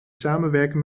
samenwerken